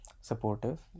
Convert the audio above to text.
supportive